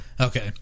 Okay